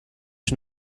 ich